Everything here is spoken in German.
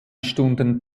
stunden